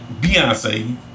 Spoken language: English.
Beyonce